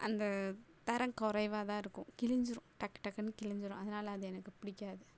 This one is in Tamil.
அந்த தரம் குறைவா தான் இருக்கும் கிழிஞ்சிடும் டக்கு டக்குனு கிழிஞ்சிடும் அதனால் அது எனக்கு பிடிக்காது